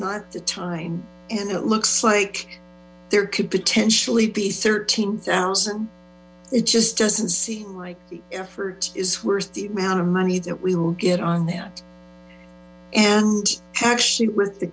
not the time and it looks like there could potentially be thirteen thousand it just doesn't seem like the effort is worth the amount of money that we will get on that and actually with the